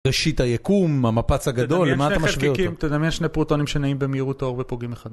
ראשית היקום, המפץ הגדול, למה אתה משווה אותו? שני פרוטונים שנעים במהירות האור ופוגעים אחד.